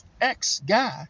ex-guy